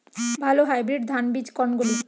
ভালো হাইব্রিড ধান বীজ কোনগুলি?